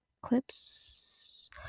clips